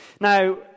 Now